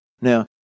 Now